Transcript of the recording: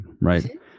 right